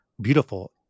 beautiful